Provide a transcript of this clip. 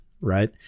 right